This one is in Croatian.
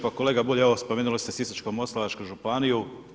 Pa Kolega Bulj, evo spomenuli ste Sisačko-moslavačku županiju.